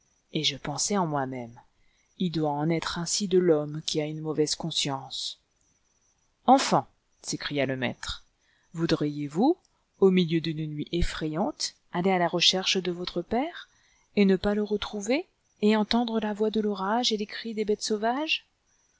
et je pensais en moi-même il doit en être ainsi de l'homme qui a une mauvaise conscience enfants s'écria le maître voudriez-vous au milieu d'une nuit effrayante aller à la recherche de votre père et ne pas le retrouver et entendre la voix de l'orage et les cris des bêtes sauvages